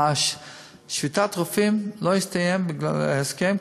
שביתת הרופאים לא הסתיימה בגלל ההסכם,